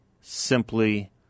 simply